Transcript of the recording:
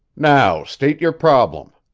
now state your problem.